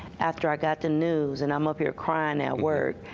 after i got the news and i'm up here crying at work,